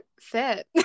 fit